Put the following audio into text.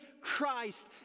Christ